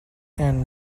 and